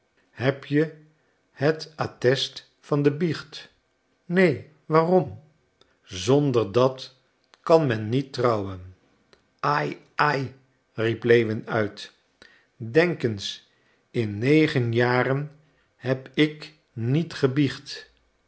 heb je het attest van de biecht neen waarom zonder dat kan men niet trouwen ai ai riep lewin uit denk eens in negen jaren heb ik niet gebiecht